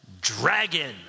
dragon